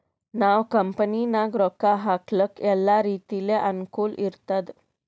ನಾವ್ ಕಂಪನಿನಾಗ್ ರೊಕ್ಕಾ ಹಾಕ್ಲಕ್ ಎಲ್ಲಾ ರೀತಿಲೆ ಅನುಕೂಲ್ ಇರ್ತುದ್